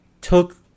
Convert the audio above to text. took